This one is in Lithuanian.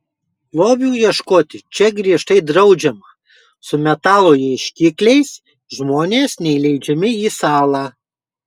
lobių ieškoti čia griežtai draudžiama su metalo ieškikliais žmonės neįleidžiami į salą